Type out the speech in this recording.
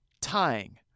tying